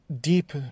deep